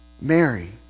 Mary